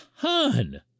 ton